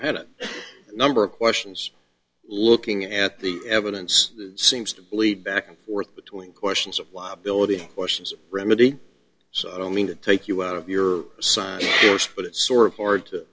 had a number of questions looking at the evidence seems to lead back and forth between questions of liability questions a remedy so i don't mean to take you out of your side dish but it's sort of hard to